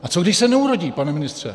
A co když se neurodí, pane ministře?